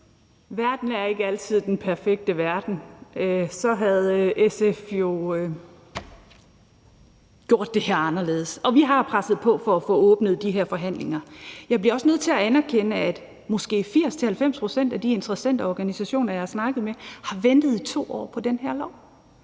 Verden er ikke altid den perfekte verden, for så havde SF jo gjort det her anderledes. Og vi har presset på for at få åbnet de her forhandlinger. Jeg bliver også nødt til at anerkende, at måske 80-90 pct. af de interessenter og organisationer, jeg har snakket med, har ventet i 2 år på den her lov,